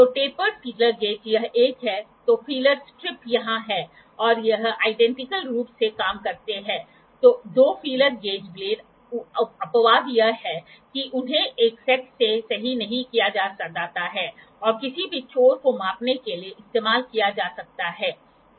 तो tapered feeler gauge यह एक है तो फीलर स्ट्रिप यहां है और यह समान रूप से काम करती है दो फीलर गेज ब्लेड अपवाद यह है कि उन्हें एक सेट में सही नहीं किया जाता है और किसी भी छोर को मापने के लिए इस्तेमाल किया जा सकता है